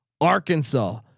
Arkansas